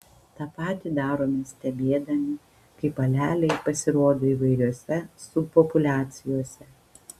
tą patį darome stebėdami kaip aleliai pasirodo įvairiose subpopuliacijose